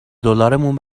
دلارمون